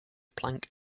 planck